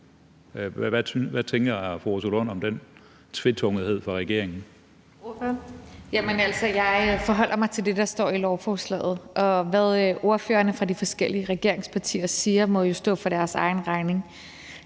Ordføreren. Kl. 13:28 Rosa Lund (EL): Jeg forholder mig til det, der står i lovforslaget, og hvad ordførerne fra de forskellige regeringspartier siger, må stå for deres egen regning.